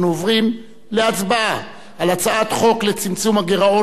אנחנו עוברים להצבעה על הצעת חוק לצמצום הגירעון